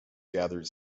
gathered